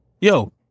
Yo